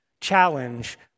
challenge